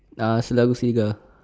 uh selalu singgah